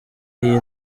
iyi